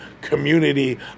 community